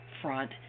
front